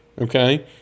okay